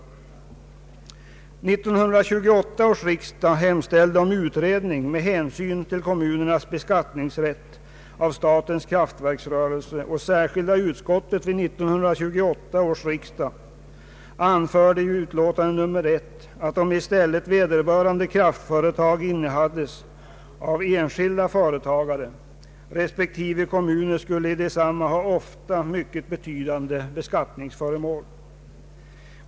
1928 års riksdag hemställde om utredning med hänsyn till kommunernas beskattningsrätt av statens kraftverksrörelse. Särskilda utskottet vid 1928 års riksdag anförde i utlåtandet nr 1 att om i stället vederbörande kraftföretag innehades av enskilda företagare respektive kommuner skulle man i desamma ofta ha mycket betydande beskattningsföremål.